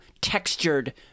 textured